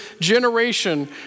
generation